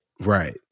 Right